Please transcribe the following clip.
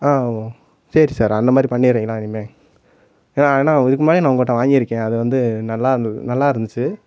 ஆமாம் சரி சார் அந்த மாதிரி பண்ணிடறீங்களா இனிமேல் ஏன் ஏன்னால் இதுக்கு முன்னாடி நான் உங்கள்ட்ட வாங்கியிருக்கேன் அது வந்து நல்லா இருந்தது நல்லா இருந்துச்சு